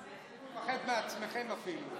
מצב חירום נתקבלה.